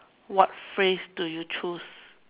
what phrase do you choose